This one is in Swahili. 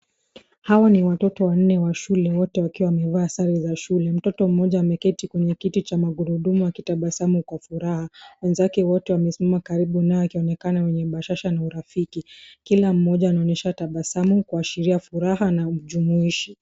Hawa ni watoto wanne wa shule, wote wakiwa wamevaa sare za shule. Mtoto mmoja ameketi kwenye kiti cha magurudumu akitabasamu kwa furaha. Wenzake wote wamesimama karibu naye wakionekana wenye bashasha na urafiki. Kila mmoja anaonyesha tabasamu, kuashiria furaha na ujumuishi.